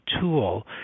tool